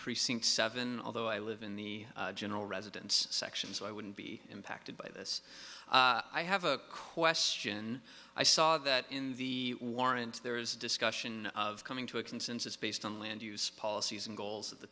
precinct seven although i live in the general residence section so i wouldn't be impacted by this i have a question i saw that in the warrant there is discussion of coming to a consensus based on land use policies and goals of the